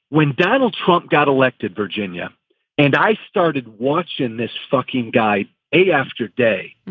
when donald trump got elected, virginia and i started watching this fucking guy a after day,